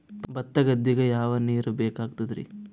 ಭತ್ತ ಗದ್ದಿಗ ಯಾವ ನೀರ್ ಬೇಕಾಗತದರೀ?